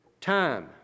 Time